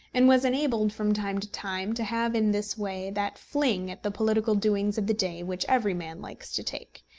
and was enabled from time to time to have in this way that fling at the political doings of the day which every man likes to take,